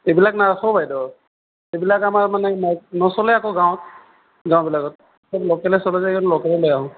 এইবিলাক নাৰাখোঁ বাইদেউ এইবিলাক আমাৰ মানে ন নচলে আকৌ গাঁৱত গাঁওবিলাকত সব ল'কেলে চলে যে সব ল'কেলেই লৈ আহোঁ